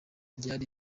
ryari